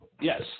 Yes